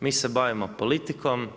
Mi se bavimo politikom.